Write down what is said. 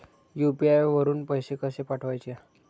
UPI वरून पैसे कसे पाठवायचे?